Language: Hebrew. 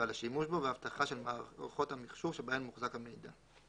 ועל השימוש בו ואבטחה של מערכות המחשוב שבהן מוחזק המידע.